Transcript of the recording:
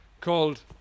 called